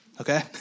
Okay